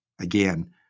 again